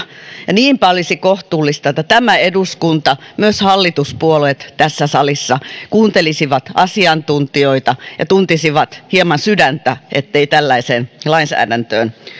niinpä olisi kohtuullista että tämä eduskunta myös hallituspuolueet tässä salissa kuuntelisi asiantuntijoita ja tuntisi hieman sydäntä ettei tällaiseen lainsäädäntöön